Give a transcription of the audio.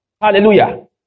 Hallelujah